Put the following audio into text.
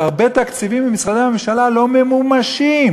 שהרבה תקציבים במשרדי הממשלה לא ממומשים,